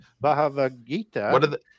bhagavad-gita